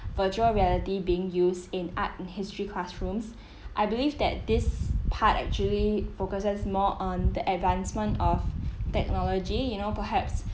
virtual reality being used in art and history classrooms I believe that this part actually focuses more on the advancement of technology you know perhaps